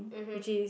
mmhmm